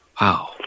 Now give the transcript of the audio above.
Wow